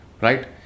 right